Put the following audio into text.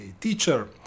teacher